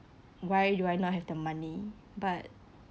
why do I not have the money but